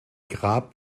grab